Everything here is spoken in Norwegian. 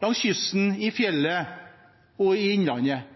langs kysten, i fjellet og i innlandet.